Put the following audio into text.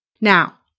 Now